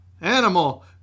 animal